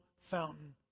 fountain